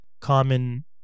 common